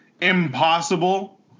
impossible